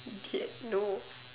idiot no